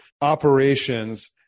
operations